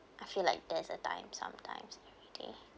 I feel like there is a time sometimes everyday